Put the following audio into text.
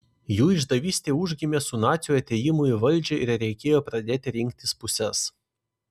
jų išdavystė užgimė su nacių atėjimu į valdžią ir reikėjo pradėti rinktis puses